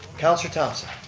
councilor thomson.